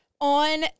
on